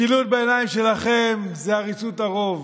משילות בעיניים שלכם זה עריצות הרוב,